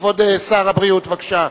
כבוד שר הבריאות, בבקשה.